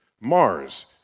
Mars